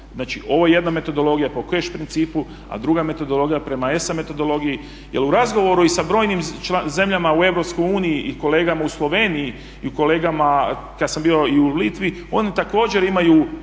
Znači ovo je jedna metodologija po cash principu, a druga metodologija prema ESA metodologiji. Jer u razgovoru i sa brojnim zemljama u EU i kolegama u Sloveniji i kolegama kad sam bio i u Litvi, oni također imaju